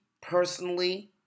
personally